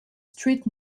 street